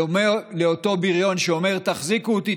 בדומה לאותו בריון שאומר: תחזיקו אותי,